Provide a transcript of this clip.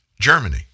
Germany